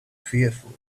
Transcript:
fearful